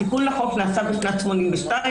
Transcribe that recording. התיקון לחוק נעשה בשנת 1982,